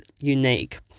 unique